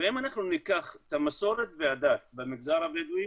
אם אנחנו ניקח את המסורת והדת במגזר הבדואי